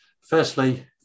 Firstly